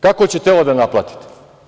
Kako ćete ovo da naplatite?